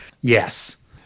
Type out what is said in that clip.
Yes